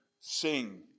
sing